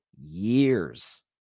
years